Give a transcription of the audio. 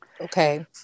Okay